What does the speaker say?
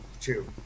two